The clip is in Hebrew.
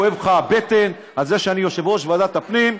כואבת לך הבטן על זה שאני יושב-ראש ועדת הפנים,